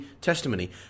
testimony